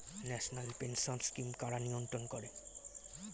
National pension scheme কারা নিয়ন্ত্রণ করে?